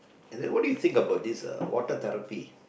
and then what do you think about this water therapy